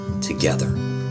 together